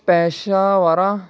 پیشہ وراں